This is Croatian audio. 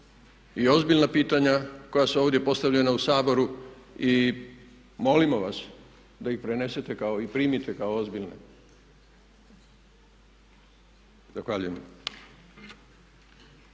i ozbiljna pitanja koja su ovdje postavljena u Saboru i molimo vas da ih prenesete i primite kao ozbiljne. Zahvaljujem.